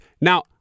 Now